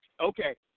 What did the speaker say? Okay